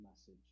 message